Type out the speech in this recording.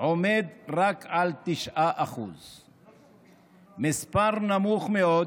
עומד רק על 9% מספר נמוך מאוד,